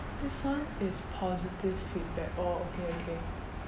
this one is positive feedback oh okay okay